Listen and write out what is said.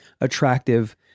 attractive